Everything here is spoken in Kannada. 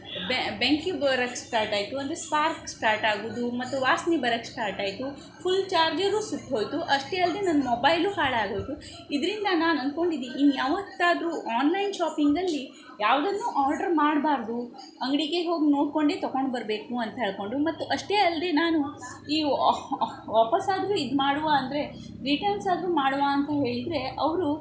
ಬೆಂಕಿ ಬರೋಕೆ ಸ್ಟಾರ್ಟಾಯಿತು ಅಂದರೆ ಸ್ಪಾರ್ಕ್ ಸ್ಟಾರ್ಟಾಗೋದು ಮತ್ತು ವಾಸ್ನೆ ಬರೋಕ್ ಸ್ಟಾರ್ಟಾಯಿತು ಫುಲ್ ಚಾರ್ಜರು ಸುಟ್ಟೋಯಿತು ಅಷ್ಟೆ ಅಲ್ದೆ ನನ್ನ ಮೊಬೈಲು ಹಾಳಾಗೋಯಿತು ಇದರಿಂದ ನಾನು ಅನ್ಕೊಂಡಿದ್ದು ಇನ್ನು ಯಾವತ್ತಾದ್ರು ಆನ್ಲೈನ್ ಶಾಪಿಂಗಲ್ಲಿ ಯಾವುದನ್ನು ಆರ್ಡ್ರ್ ಮಾಡಬಾರ್ದು ಅಂಗಡಿಗೆ ಹೋಗಿ ನೋಡ್ಕೊಂಡೆ ತಗೊಂಡು ಬರಬೇಕು ಅಂತ ಹೇಳ್ಕೊಂಡು ಮತ್ತು ಅಷ್ಟೇ ಅಲ್ದೆ ನಾನು ಈ ವಾಪಾಸ್ ಆದರು ಇದು ಮಾಡುವ ಅಂದರೆ ರಿಟರ್ನ್ಸ್ ಆದರು ಮಾಡುವ ಅಂತ ಹೇಳಿದರೆ ಅವರು